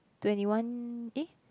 twenty one eh